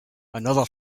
another